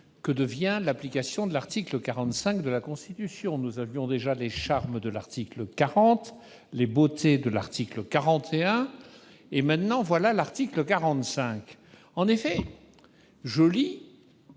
que devient l'application de l'article 45 de la Constitution. Nous avions déjà les charmes de l'article 40, les beautés de l'article 41, et, maintenant, voici l'article 45. Aux termes